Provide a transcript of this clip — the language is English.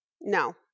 No